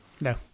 No